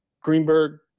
Greenberg